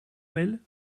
mail